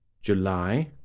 July